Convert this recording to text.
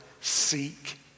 seek